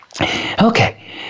Okay